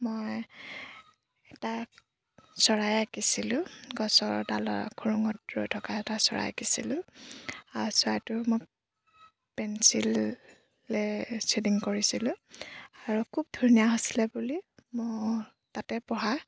মই এটা চৰাই আঁকিছিলোঁ গছৰ ডাল খুৰুঙত ৰৈ থকা এটা চৰাই আঁকিছিলোঁ আ চৰাইটো মোক পেঞ্চিললে শ্বেডিং কৰিছিলোঁ আৰু খুব ধুনীয়া হৈছিলে বুলি মোৰ তাতে পঢ়া